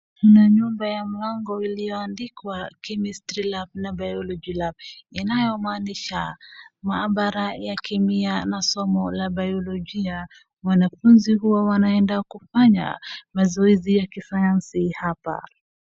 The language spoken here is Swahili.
Kuna nyumba ya mlango iliyoandikwa chemistry lab na biology lab .Inayomaanisha maabara ya kemia na somo la bayolojia. Mwanafunzi huwa wanaenda kufanya mazoezi ya kisayansi hapa.